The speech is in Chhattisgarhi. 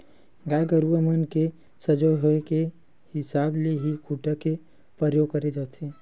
गाय गरुवा मन के सजोर होय के हिसाब ले ही खूटा के परियोग करे जाथे